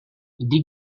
die